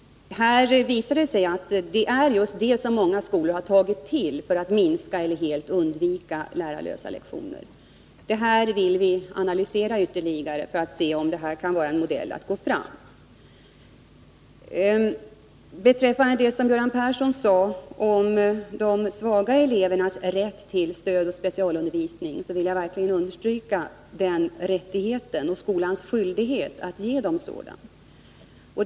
Det visar sig att det är just detta som många skolor har tagit till för att minska eller helt undvika lärarlösa lektioner. Det här vill vi analysera ytterligare för att se om det kan vara en modell att gå fram enligt. Beträffande det som Göran Persson sade om de svaga elevernas rätt till stödoch specialundervisning vill jag verkligen understryka den rätten och skolans skyldighet att ge eleverna sådan undervisning.